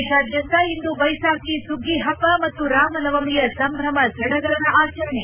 ದೇಶಾದ್ಯಂತ ಇಂದು ಬೈಸಾಕಿ ಸುಗ್ಗಿ ಹಬ್ಲ ಮತ್ತು ರಾಮನವಮಿಯ ಸಂಭ್ರಮ ಸಡಗರದ ಆಚರಣೆ